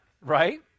right